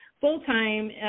full-time